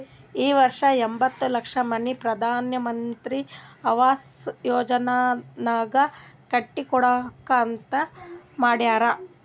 ಈ ವರ್ಷ ಎಂಬತ್ತ್ ಲಕ್ಷ ಮನಿ ಪ್ರಧಾನ್ ಮಂತ್ರಿ ಅವಾಸ್ ಯೋಜನಾನಾಗ್ ಕಟ್ಟಿ ಕೊಡ್ಬೇಕ ಅಂತ್ ಮಾಡ್ಯಾರ್